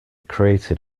created